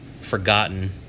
forgotten